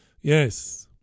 Yes